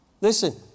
Listen